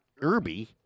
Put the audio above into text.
Irby